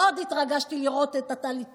מאוד התרגשתי לראות את הטליתות,